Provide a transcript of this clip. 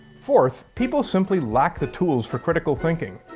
fourth, people simply lack the tools for critical thinking.